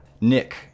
Nick